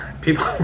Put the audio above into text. People